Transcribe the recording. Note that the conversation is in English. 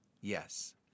yes